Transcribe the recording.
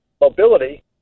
mobility